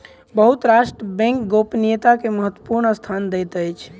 बहुत राष्ट्र बैंक गोपनीयता के महत्वपूर्ण स्थान दैत अछि